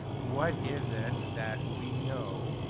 what is it that we know,